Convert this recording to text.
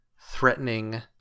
threatening